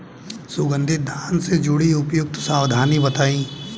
सुगंधित धान से जुड़ी उपयुक्त सावधानी बताई?